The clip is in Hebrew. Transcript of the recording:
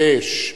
שש,